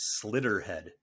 Slitterhead